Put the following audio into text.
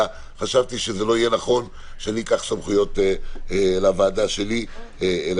אלא חשבתי שזה לא יהיה נכון שאני אקח סמכויות לוועדה שלי מכם.